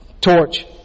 torch